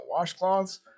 washcloths